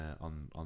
on